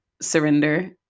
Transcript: surrender